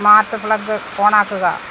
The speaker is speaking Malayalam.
സ്മാർട്ട് പ്ലഗ് ഓണാക്കുക